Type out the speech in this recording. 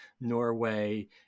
norway